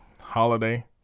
Holiday